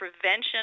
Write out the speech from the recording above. prevention